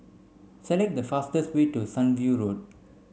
select the fastest way to Sunview Road